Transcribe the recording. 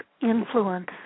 influence